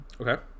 okay